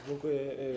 Dziękuję.